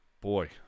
Boy